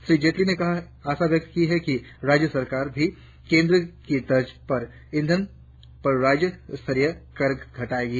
श्री जेटली ने आशा व्यक्त की कि राज्य सरकारों भी केंद्र की तर्ज पर ईंधन पर राज्य स्तरीय कर घटाएंगी